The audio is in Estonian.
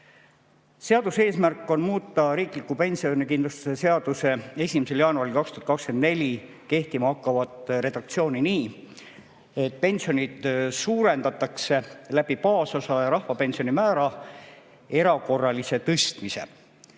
Seaduse eesmärk on muuta riikliku pensionikindlustuse seaduse 1. jaanuaril 2024 kehtima hakkavat redaktsiooni nii, et pensioni suurendatakse baasosa ja rahvapensioni määra erakorralise tõstmise